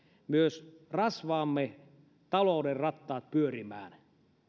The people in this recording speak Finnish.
myös rasvaamme talouden rattaat pyörimään